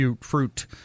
fruit